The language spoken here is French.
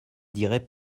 dirai